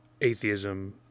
atheism